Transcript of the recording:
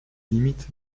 limites